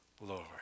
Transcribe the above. Lord